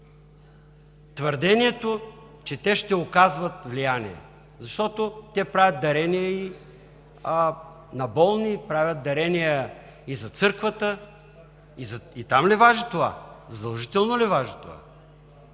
твърдението, че ще оказват влияние, защото те правят дарения на болни, на църквата. И там ли важи това? Задължително ли важи това?